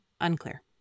Unclear